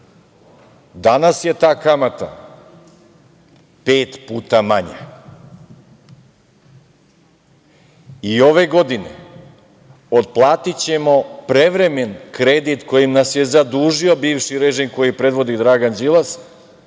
Danas je ta kamata pet puta manja i ove godine otplatićemo prevremen kredit kojim nas je zadužio bivši režim koji predvodi Dragan Đilas,